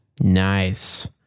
Nice